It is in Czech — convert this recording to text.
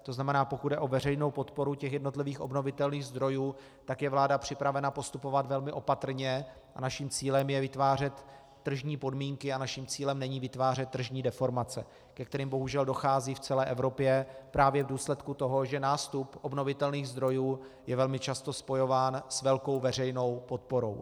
To znamená, pokud jde o veřejnou podporu jednotlivých obnovitelných zdrojů, tak je vláda připravena postupovat velmi opatrně a naším cílem je vytvářet tržní podmínky a naším cílem není vytvářet tržní deformace, ke kterým bohužel dochází v celé Evropě právě v důsledku toho, že nástup obnovitelných zdrojů je velmi často spojován s velkou veřejnou podporou.